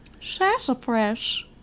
Sassafras